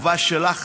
החובה שלך